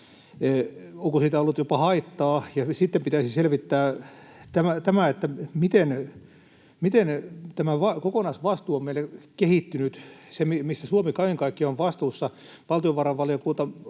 onko siitä ollut jopa haittaa, ja sitten pitäisi selvittää tämä, että miten tämä kokonaisvastuu on meille kehittynyt, se, mistä Suomi kaiken kaikkiaan on vastuussa. Valtiovarainvaliokunta